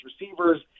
receivers